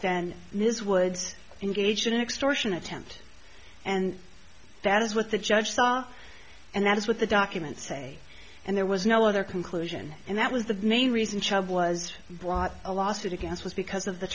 than ms woods engaged in an extortion attempt and that is what the judge saw and that is what the documents say and there was no other conclusion and that was the main reason child was blocked a lawsuit against was because of the